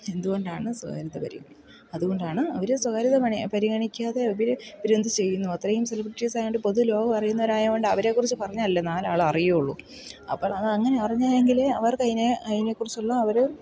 എന്തുകൊണ്ടാണ് സ്വകാര്യത അതുകൊണ്ടാണ് അവർ സ്വകാര്യത പരിഗണിക്കാതെ അവർ ഇവരെന്തു ചെയ്യുന്നു അത്രയും സെലിബ്രിറ്റീസ് ആയതുകൊണ്ട് പൊതു ലോകമറിയുന്നവർ ആയതുകൊണ്ട് അവരേക്കുറിച്ച് പറഞ്ഞാലല്ലേ നാലാളറിയുള്ളു അപ്പോഴത് അങ്ങനെ അറിഞ്ഞയെങ്കിലേ അവർക്കതിനേ അതിനെക്കുറിച്ചുള്ള അവർ